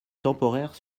temporaire